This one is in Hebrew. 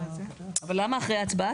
למה אחרי ההצבעה?